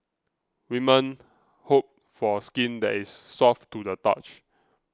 women hope for skin that is soft to the touch